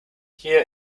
hear